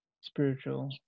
spiritual